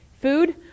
Food